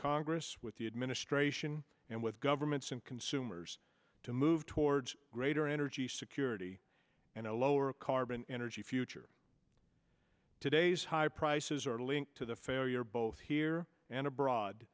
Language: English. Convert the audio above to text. congress with the administration and with governments and consumers to move towards greater energy security and a lower carbon energy future today's high prices are linked to the failure both here and abroad